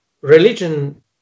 religion